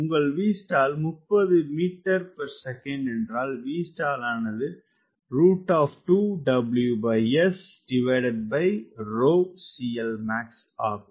உங்கள் Vstall 30 metre second என்றால் Vstall ஆனது ஆகும்